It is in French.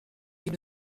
une